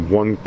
one